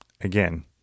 again